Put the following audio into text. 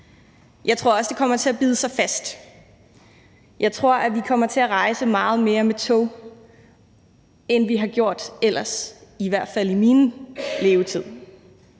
Jeg tror også, det kommer til at bide sig fast. Jeg tror, vi kommer til at rejse meget mere med tog, end vi har gjort ellers – i hvert fald i min levetid.